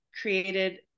created